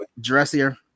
dressier